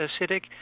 acidic